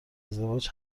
ازدواج